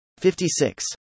56